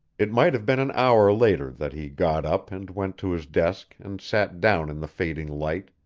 it might have been an hour later that he got up and went to his desk and sat down in the fading light,